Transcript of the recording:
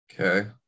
Okay